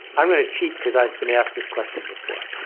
i'm going to cheat because i've been asked this question before.